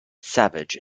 savage